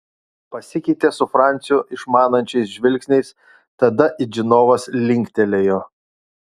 pasikeitė su franciu išmanančiais žvilgsniais tada it žinovas linktelėjo